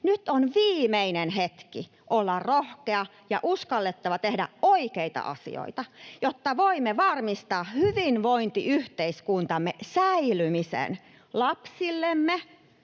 Nyt on viimeinen hetki olla rohkea ja on uskallettava tehdä oikeita asioita, jotta voimme varmistaa hyvinvointiyhteiskuntamme säilymisen lapsillemme